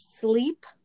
sleep